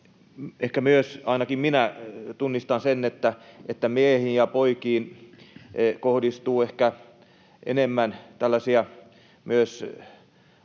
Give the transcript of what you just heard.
ainakin minä tunnistan, että miehiin ja poikiin kohdistuu ehkä enemmän tällaisia myös